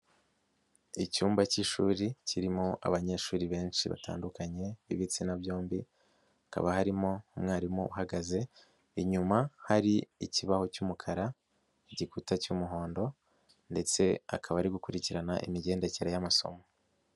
Icyumba cy'ishuri kirimo abanyeshuri benshi batandukanye b'ibitsina byombi. Hakaba harimo umwarimu uhagaze, inyuma hari ikibaho cy'umukara n'igikuta cy'umuhondo ndetse akaba ari gukurikirana imigendekere y'amasomo.